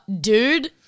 dude